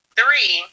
Three